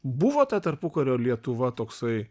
buvo ta tarpukario lietuva toksai